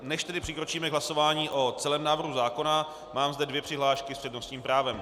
Než přikročíme k hlasování o celém návrhu zákona, mám zde dvě přihlášky s přednostním právem.